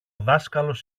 δάσκαλος